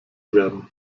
werden